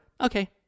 okay